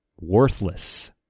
Worthless